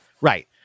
Right